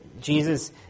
Jesus